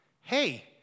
hey